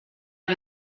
wir